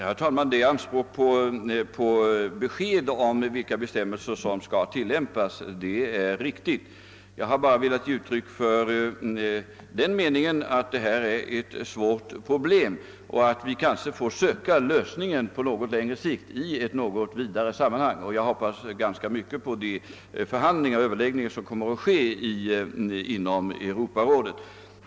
Herr talman! Anspråket på besked om vilka bestämmelser som skall tillämpas är berättigat. Jag har bara velat ge uttryck för den meningen att detta är ett svårt problem och att vi kanske får söka lösningen på längre sikt i ett något vidare sammanhang. Jag hoppas ganska mycket på de överläggningar som kommer att äga rum inom Europarådet.